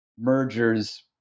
mergers